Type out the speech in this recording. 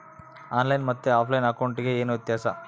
On line ಮತ್ತೆ offline ಅಕೌಂಟಿಗೆ ಏನು ವ್ಯತ್ಯಾಸ?